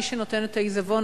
מי שנותן את העיזבון,